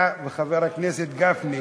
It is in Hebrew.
אתה וחבר הכנסת גפני,